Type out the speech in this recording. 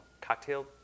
cocktail